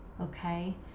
okay